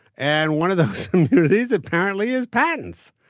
and one of those immunities apparently is patents.